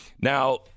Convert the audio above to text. Now